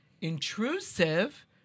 intrusive